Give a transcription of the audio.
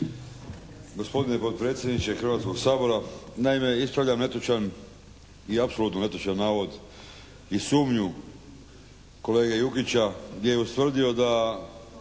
Gospodine potpredsjedniče Hrvatskog sabora, naime ispravljam netočan i apsolutno netočan navod i sumnju kolege Jukića gdje je ustvrdio da